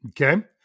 okay